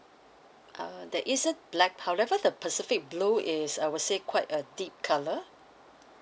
uh there isn't black colour however the pacific blue is I would say quite a deep colour